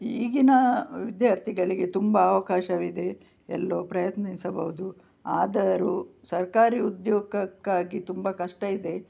ಈಗಿನ ವಿದ್ಯಾರ್ಥಿಗಳಿಗೆ ತುಂಬ ಅವಕಾಶವಿದೆ ಎಲ್ಲೋ ಪ್ರಯತ್ನಿಸಬಹುದು ಆದರೂ ಸರ್ಕಾರಿ ಉದ್ಯೋಗಕ್ಕಾಗಿ ತುಂಬ ಕಷ್ಟ ಇದೆ